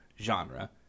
genre